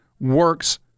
works